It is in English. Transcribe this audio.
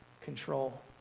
control